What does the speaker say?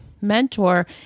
mentor